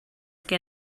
què